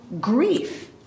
grief